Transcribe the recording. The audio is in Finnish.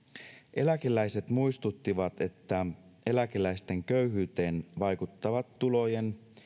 eläkeläiset muistuttivat että eläkeläisten köyhyyteen vaikuttavat tulojen